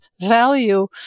value